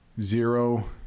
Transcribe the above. zero